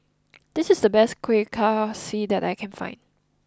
this is the best Kuih Kaswi that I can find